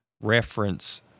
reference